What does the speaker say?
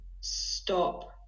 stop